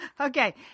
Okay